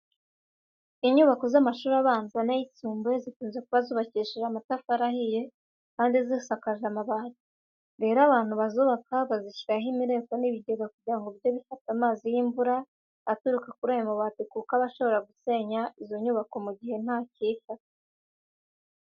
Inyubako z'amashuri abanza n'ayisumbuye zikunze kuba zubakishije amatafari ahiye kandi zisakaje amabati. Rero abantu bazubaka bazishyiraho imireko n'ibigega kugira ngo bijye bifata amazi y'imvura aturuka kuri ayo mabati kuko aba ashobora gusenya izo nyubako mu gihe ntakiyafata.